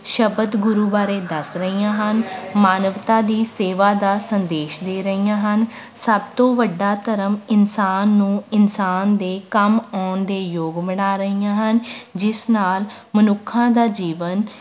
ਸ਼ਬਦ ਗੁਰੂ ਬਾਰੇ ਦੱਸ ਰਹੀਆਂ ਹਨ ਮਾਨਵਤਾ ਦੀ ਸੇਵਾ ਦਾ ਸੰਦੇਸ਼ ਦੇ ਰਹੀਆਂ ਹਨ ਸਭ ਤੋਂ ਵੱਡਾ ਧਰਮ ਇਨਸਾਨ ਨੂੰ ਇਨਸਾਨ ਦੇ ਕੰਮ ਆਉਣ ਦੇ ਯੋਗ ਬਣਾ ਰਹੀਆਂ ਹਨ ਜਿਸ ਨਾਲ ਮਨੁੱਖਾਂ ਦਾ ਜੀਵਨ